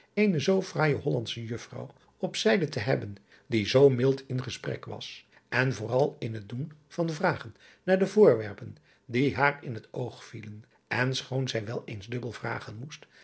eene zoo fraaije ollandsche uffrouw op zijde te hebben die zoo mild in gesprek was en vooral in het doen van vragen naar de voorwerpen die haar in het oog vielen en schoon zij wel eens dubbel vragen moest